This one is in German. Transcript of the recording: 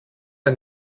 der